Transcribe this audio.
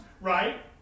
right